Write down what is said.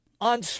on